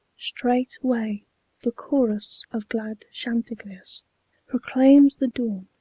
straightway the chorus of glad chanticleers proclaims the dawn.